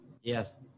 Yes